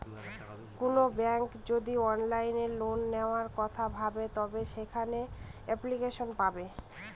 কোনো ব্যাঙ্ক যদি অনলাইনে লোন নেওয়ার কথা ভাবে তবে সেখানে এপ্লিকেশন পাবে